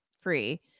free